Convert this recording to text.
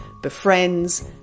befriends